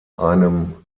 einem